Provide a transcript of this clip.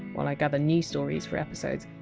while i gather new stories for episodes,